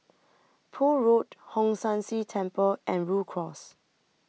Poole Road Hong San See Temple and Rhu Cross